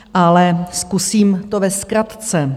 Ale zkusím to ve zkratce.